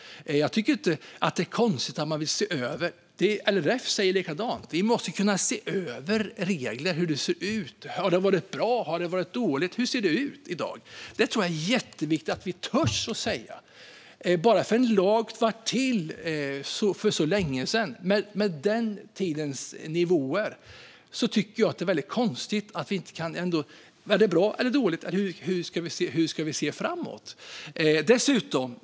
Jag tycker inte att det är konstigt att se över dessa frågor. LRF säger samma sak, nämligen att man måste kunna se över hur reglerna ser ut i dag. Har det varit bra? Har det varit dåligt? Det är jätteviktigt att vi törs säga så. Bara för att en lag stiftades för så länge sedan, med den tidens nivåer, är det ändå konstigt att inte kunna se över om något är bra eller dåligt och hur vi ska se framåt.